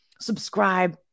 Subscribe